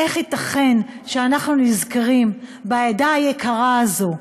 איך ייתכן שאנחנו נזכרים בעדה היקרה הזאת,